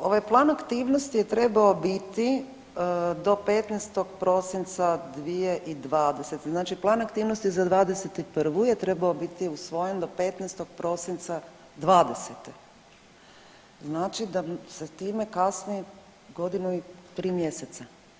ovaj plan aktivnosti je trebao biti do 15. prosinca 2020., znači plan aktivnosti za '21. je trebao biti usvojen do 15. prosinca '20., znači da se s time kasni godinu i 3 mjeseca.